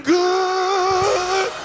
good